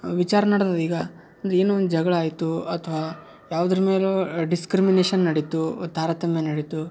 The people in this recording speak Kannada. ವಿಚಾರ ನಡ್ದದೆ ಈಗ ಏನೋ ಒಂದು ಜಗಳ ಆಯಿತು ಅಥವಾ ಯಾವ್ದ್ರ ಮೇಲೋ ಡಿಸ್ಕ್ರಿಮಿನೇಷನ್ ನಡೀತು ತಾರತಮ್ಯ ನಡೀತು